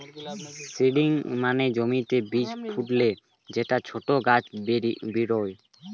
seedling মানে জমিতে বীজ ফুটলে যে ছোট গাছ বেরোয়